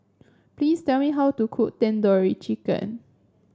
please tell me how to cook Tandoori Chicken